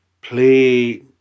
play